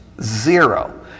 Zero